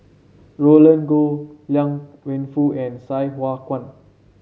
Roland Goh Liang Wenfu and Sai Hua Kuan